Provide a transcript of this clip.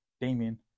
Damien